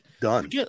Done